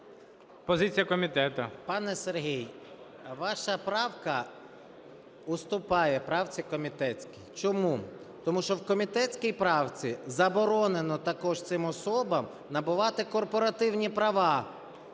СОЛЬСЬКИЙ М.Т. Пане Сергій, ваша правка уступає правці комітетській. Чому? Тому що в комітетській правці заборонено також цим особам набувати корпоративні права